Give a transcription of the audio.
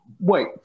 Wait